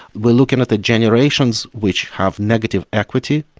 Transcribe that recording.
we're looking at the generations which have negative equity,